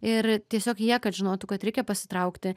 ir tiesiog jie kad žinotų kad reikia pasitraukti